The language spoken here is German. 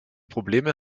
probleme